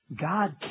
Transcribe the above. God